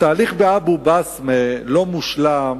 התהליך באבו-בסמה לא מושלם